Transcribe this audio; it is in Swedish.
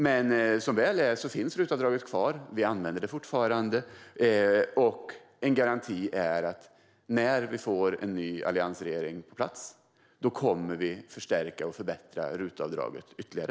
Men som väl är finns RUT-avdraget kvar och används fortfarande, och jag garanterar att när vi får en ny alliansregering på plats kommer den att förstärka och förbättra RUT-avdraget ytterligare.